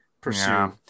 pursue